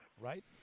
right